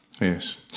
yes